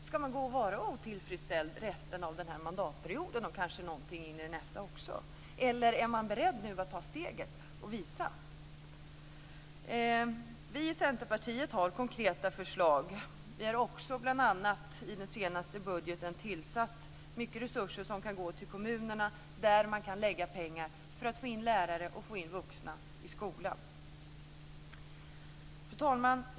Ska man gå och vara otillfredsställd resten av den här mandatperioden och kanske in i nästa också? Eller är man beredd att ta steget och visa vad man vill? Vi i Centerpartiet har konkreta förslag. Vi har också, bl.a. i den senaste budgeten, avsatt stora resurser som kan gå till kommunerna. Där kan man lägga pengar på att få in lärare och vuxna i skolan. Fru talman!